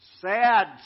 sad